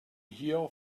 here